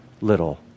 little